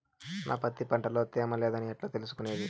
నా పత్తి పంట లో తేమ లేదని ఎట్లా తెలుసుకునేది?